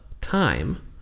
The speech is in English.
time